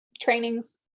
trainings